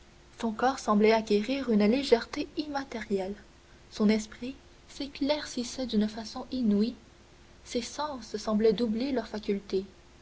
son corps semblait acquérir une légèreté immatérielle son esprit s'éclaircissait d'une façon inouïe ses sens semblaient doubler leurs facultés